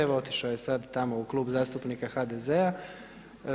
Evo otišao je sada tamo u klub zastupnika HDZ-a.